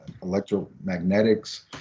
electromagnetics